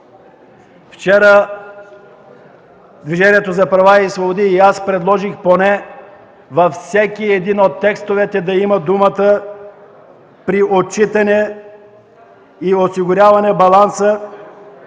Вчера Движението за права и свободи и аз предложих поне във всеки един от текстовете да го има израза: „при отчитане и осигуряване баланса